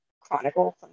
chronicles